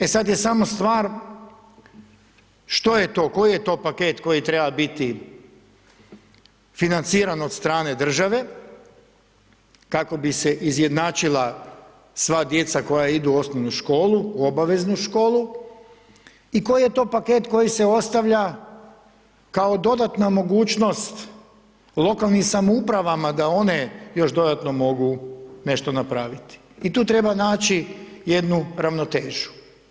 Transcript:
E sad je samo stvar što je to, koji je to paket koji treba biti financiran od strane države kako bi se izjednačila sva djeca koja idu u osnovnu školu, u obaveznu školu i koji je to paket koji se ostavlja kao dodatna mogućnost lokalnim samoupravama da one još dodatno mogu nešto napraviti i tu treba naći jednu ravnotežu.